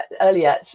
earlier